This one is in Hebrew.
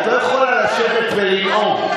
את לא יכולה לשבת ולנאום.